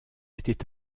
était